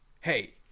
hey